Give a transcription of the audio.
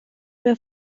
mehr